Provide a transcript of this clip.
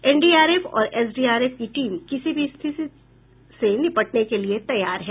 NDRF और SDRF की team किसी भी स्थिति से निपटने के लिए तैयार हैं